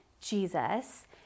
Jesus